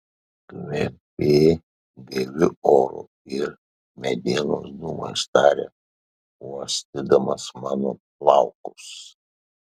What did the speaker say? kvepi gaiviu oru ir medienos dūmais tarė uostydamas mano plaukus